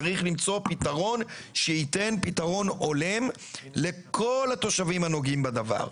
צריך למצוא פתרון שייתן פתרון הולם לכל התושבים הנוגעים בדבר.